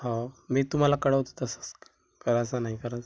हो मी तुम्हाला कळवतो तसंच कराचं नाही कराचं